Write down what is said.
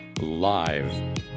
live